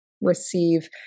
receive